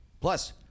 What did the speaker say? Plus